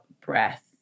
breath